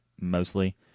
mostly